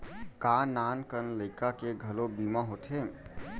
का नान कन लइका के घलो बीमा होथे?